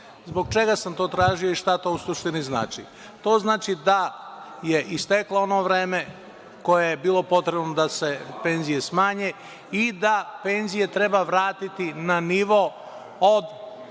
Zbog čega sam to tražio i šta to u suštini znači? To znači da je isteklo ono vreme koje je bilo potrebno da se penzije smanje i da penzije treba vratiti na nivo od